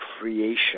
creation